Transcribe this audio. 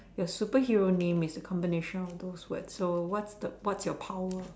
your superhero name is a combination of those words so what's the what's your power